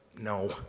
no